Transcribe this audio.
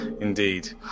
Indeed